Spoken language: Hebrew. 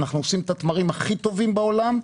אנחנו מגדלים את התמרים הכי טובים בעולם.